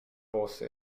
bose